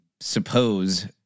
suppose